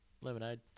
lemonade